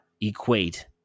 equate